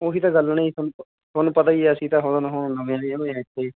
ਉਹੀ ਤਾਂ ਗੱਲ ਨਾ ਜੀ ਤੁਹਾਨੂੰ ਪ ਤੁਹਾਨੂੰ ਪਤਾ ਹੀ ਅਸੀਂ ਤਾਂ ਹੁਣ ਨਵੇਂ ਆਏ ਨਾ ਇੱਥੇ